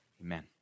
Amen